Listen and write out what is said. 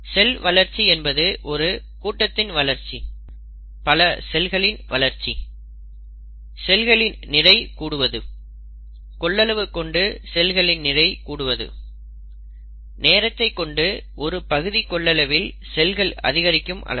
செல் வளர்ச்சி என்பது ஒரு கூட்டத்தின் வளர்ச்சி பல செல்களின் வளர்ச்சி செல்களின் நிறை கூடுவது கொள்ளளவு கொண்டு செல்களின் நிறை கூடுவது நேரத்தை கொண்டு ஒரு பகுதி கொள்ளளவில் செல்கள் அதிகரிக்கும் அளவு